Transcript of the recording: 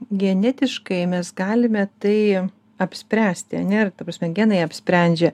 genetiškai mes galime tai apspręsti ane ir ta prasme genai apsprendžia